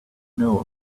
know